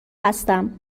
هستم